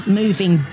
moving